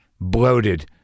bloated